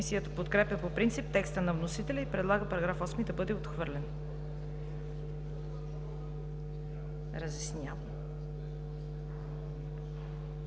разяснявам.